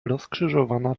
rozkrzyżowana